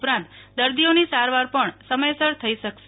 ઉપરાંત દર્દીઓની સારવાર પણ સમયસર થઈ શકશે